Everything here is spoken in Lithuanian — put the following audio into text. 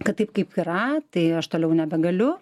kad taip kaip yra tai aš toliau nebegaliu